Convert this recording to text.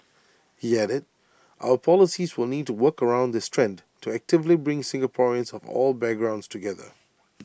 he added our policies will need to work against this trend to actively bring Singaporeans of all background together